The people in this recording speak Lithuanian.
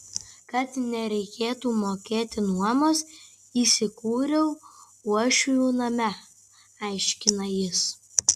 kad nereikėtų mokėti nuomos įsikūriau uošvių name aiškina jis